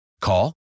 Call